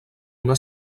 una